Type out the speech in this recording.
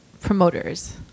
promoters